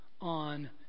on